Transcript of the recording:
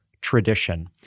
tradition